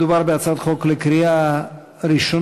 מדובר בהצעת חוק לקריאה ראשונה,